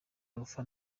alpha